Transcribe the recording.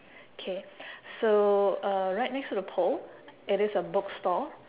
K so uh right next to the pole it is a bookstore